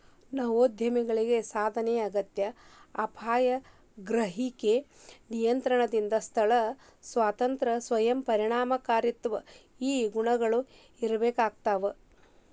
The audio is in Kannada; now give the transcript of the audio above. ನವೋದ್ಯಮಿಗಳಿಗ ಸಾಧನೆಯ ಅಗತ್ಯ ಅಪಾಯದ ಗ್ರಹಿಕೆ ನಿಯಂತ್ರಣದ ಸ್ಥಳ ಸ್ವಾತಂತ್ರ್ಯ ಸ್ವಯಂ ಪರಿಣಾಮಕಾರಿತ್ವ ಈ ಗುಣಗಳ ಇರ್ಬೇಕಾಗ್ತವಾ